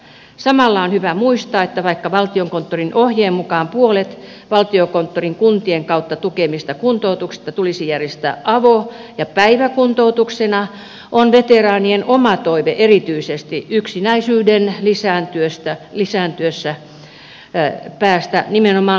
samalla on hyvä muistaa että vaikka valtiokonttorin ohjeen mukaan puolet valtiokonttorin kuntien kautta tukemista kuntoutuksista tulisi järjestää avo ja päiväkuntoutuksena on veteraanien oma toive erityisesti yksinäisyyden lisääntyessä päästä nimenomaan laitoskuntoutukseen